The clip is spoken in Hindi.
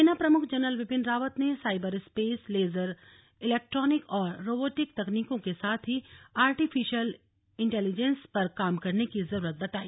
सेना प्रमुख जनरल बिपिन रावत ने साइबर स्पेस लेजर इलैक्ट्रोनिक और रोबोटिक तकनीकों के साथ ही आर्टिफिशियल इंटेलीजेंस पर काम करने की जरूरत बताई